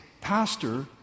Pastor